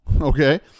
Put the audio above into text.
Okay